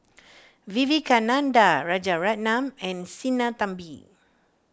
Vivekananda Rajaratnam and Sinnathamby